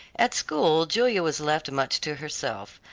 at school julia was left much to herself.